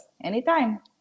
anytime